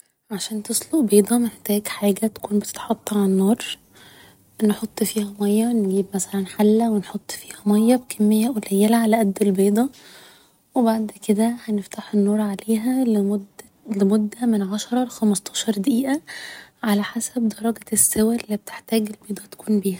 عشان تسلق بيضة محتاج حاجة تكون بتتحط على النار نحط فيها مياه نجيب مثلا حلة و نحط فيها مياه بكمية قليلة على قد البيضة و بعد كده هنفتح النار عليها لمدة لمدة من عشرة ل خمستاشر دقيقة على حسب درجة السوا اللي بتحتاج البيضه تكون بيها